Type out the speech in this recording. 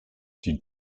die